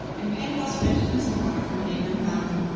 and pangloss fetched him some water from a neighbouring fountain.